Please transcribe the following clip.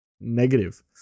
negative